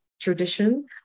tradition